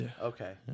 Okay